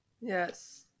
Yes